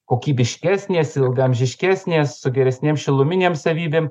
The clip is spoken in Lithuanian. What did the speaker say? kokybiškesnės ilgaamžiškesnės su geresnėm šiluminėm savybėm